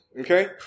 Okay